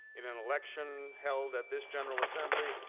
in an election held at this general assembly,